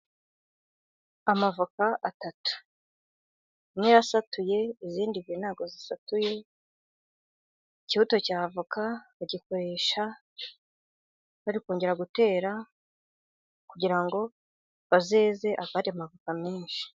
Amavoka atatu imwe irasatuye izindi ebyiri ntizisatuye, ikibuto cya avoka bagikoresha bari kongera gutera kugira ngo bazeze andi mavoka menshi.